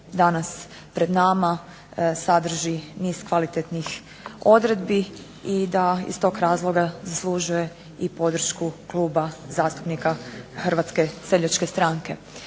danas pred nama sadrži niz kvalitetnih odredbi i da iz tog razloga zaslužuje i podršku kluba zastupnika Hrvatske seljačke stranke.